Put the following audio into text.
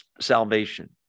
salvation